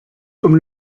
comme